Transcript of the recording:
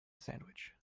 sandwich